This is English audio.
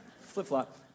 Flip-flop